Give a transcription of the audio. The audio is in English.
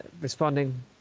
responding